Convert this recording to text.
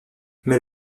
mais